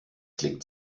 klingt